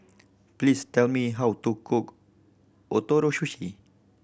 please tell me how to cook Ootoro Sushi